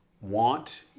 want